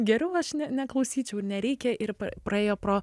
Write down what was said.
geriau aš ne neklausyčiau ir nereikia ir praėjo pro